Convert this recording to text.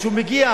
וכשהוא מגיע,